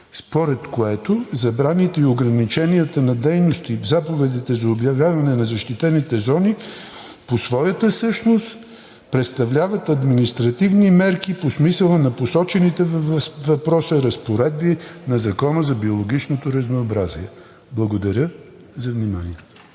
според което забраните и ограниченията на дейности в заповедите за обявяване на защитените зони, по своята същност представляват административни мерки по смисъла на посочените във въпроса разпоредби на Закона за биологичното разнообразие. Благодаря за вниманието.